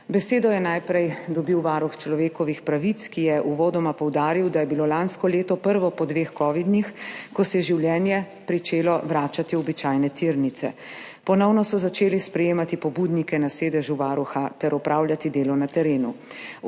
Besedo je najprej dobil varuh človekovih pravic, ki je uvodoma poudaril, da je bilo lansko leto prvo po dveh kovidnih, ko se je življenje pričelo vračati v običajne tirnice. Ponovno so začeli sprejemati pobudnike na sedežu Varuha ter opravljati delo na terenu.